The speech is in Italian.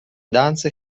danze